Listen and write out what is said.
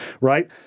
Right